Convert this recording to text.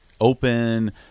open